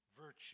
virtue